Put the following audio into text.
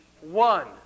one